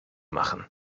machen